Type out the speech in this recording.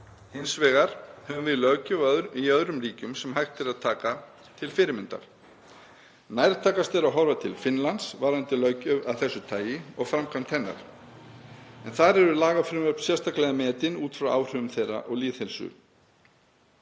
Hins vegar höfum við löggjöf í öðrum ríkjum sem hægt er að taka til fyrirmyndar. Nærtækast er að horfa til Finnlands varðandi löggjöf af þessu tagi og framkvæmd hennar en þar eru lagafrumvörp sérstaklega metin út frá áhrifum þeirra á lýðheilsu.